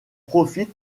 profite